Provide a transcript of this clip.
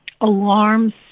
alarms